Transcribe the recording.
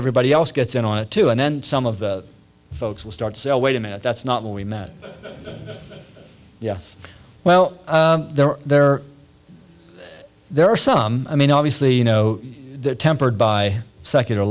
everybody else gets in on it too and then some of the folks will start to say wait a minute that's not what we met yes well there are there are some i mean obviously you know tempered by secular